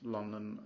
London